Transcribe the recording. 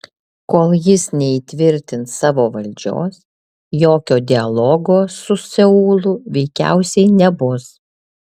kol jis neįtvirtins savo valdžios jokio dialogo su seulu veikiausiai nebus